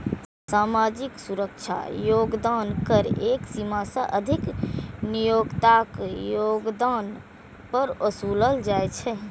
सामाजिक सुरक्षा योगदान कर एक सीमा सं अधिक नियोक्ताक योगदान पर ओसूलल जाइ छै